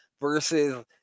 versus